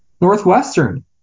Northwestern